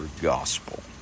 gospel